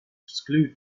exclude